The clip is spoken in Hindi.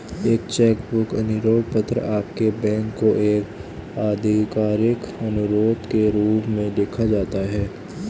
एक चेक बुक अनुरोध पत्र आपके बैंक को एक आधिकारिक अनुरोध के रूप में लिखा जाता है